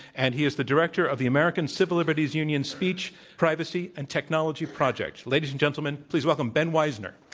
and he is the director of the american civil liberties union speech, privacy and technology project. ladies and gentlemen, please welcome ben wizner.